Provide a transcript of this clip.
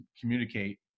communicate